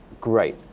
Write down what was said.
Great